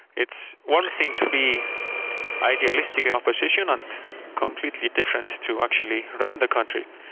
it's one thing to be idealistic in opposition, and completely different to actually run the country.